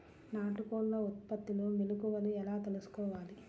నాటుకోళ్ల ఉత్పత్తిలో మెలుకువలు ఎలా తెలుసుకోవాలి?